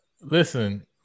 Listen